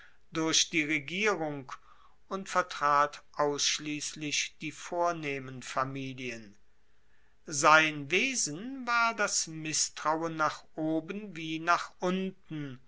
durch die regierung und vertrat ausschliesslich die vornehmen familien sein wesen war das misstrauen noch oben wie nach unten